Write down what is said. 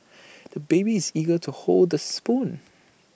the baby is eager to hold the spoon